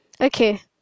Okay